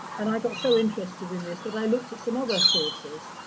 and i got so interested in this, that i looked at some other sources.